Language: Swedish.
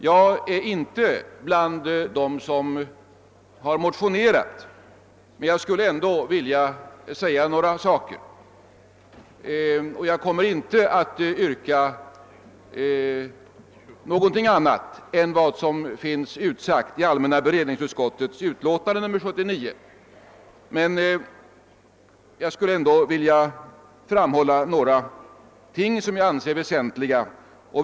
Jag tillhör inte motionärerna och jag kommer inte att framställa något yrkande, som avviker från vad som uttalats i allmänna beredningsutskottets utlåtande nr 79, men jag vill ändå framhålla några synpunkter som jag anser väsentliga.